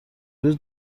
روز